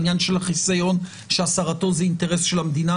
בעניין של החיסיון שהסרתו זה אינטרס של המדינה.